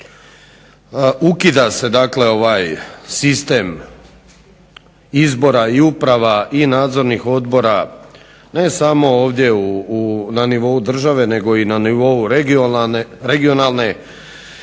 se dakle ovaj sistem izbora i uprava i nadzornih odbora ne samo ovdje na nivou države nego i na nivou regionalne